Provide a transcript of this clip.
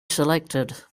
selected